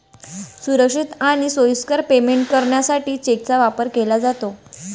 सुरक्षित आणि सोयीस्कर पेमेंट करण्यासाठी चेकचा वापर केला जातो